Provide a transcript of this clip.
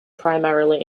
primarily